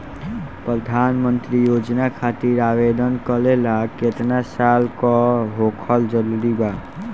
प्रधानमंत्री योजना खातिर आवेदन करे ला केतना साल क होखल जरूरी बा?